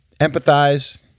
empathize